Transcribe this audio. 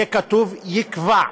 יהיה כתוב "יקבע".